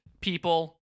people